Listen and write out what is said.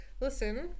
Listen